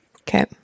Okay